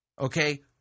okay